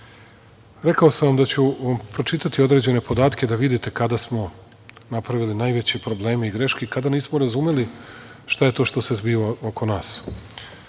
sam da ću vam pročitati određene podatke da vidite kada smo napravili najveće probleme i greške i kada nismo razumeli šta je to što se zbiva oko